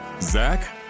Zach